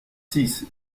six